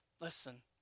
Listen